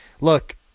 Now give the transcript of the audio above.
look